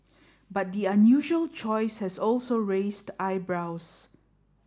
but the unusual choice has also raised eyebrows